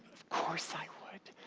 course i would,